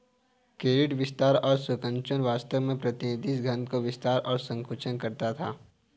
credit विस्तार और संकुचन वास्तव में प्रतिनिधि धन का विस्तार और संकुचन था